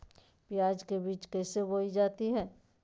प्याज के बीज कैसे बोई जाती हैं?